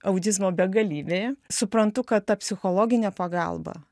autizmo begalybėje suprantu kad ta psichologinė pagalba